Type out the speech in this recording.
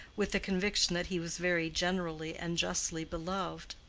with the conviction that he was very generally and justly beloved.